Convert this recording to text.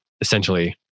essentially